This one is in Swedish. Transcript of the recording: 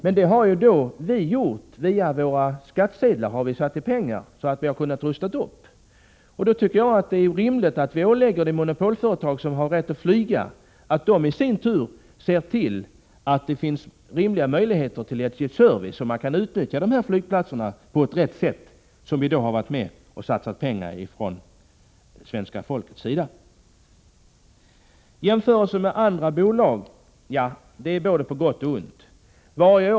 Men svenska folket har varit med och via sina skattsedlar satsat pengar för att kunna rusta upp dem, och då tycker jag att det är rimligt att ålägga det monopolföretag som har rätt att flyga att i sin tur se till att det finns rimliga möjligheter till service så att dessa flygplatser kan utnyttjas på ett riktigt sätt. Jämförelsen med andra bolag är på både gott och ont.